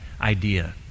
idea